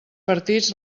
partits